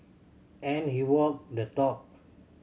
and he walked the talk